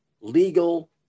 legal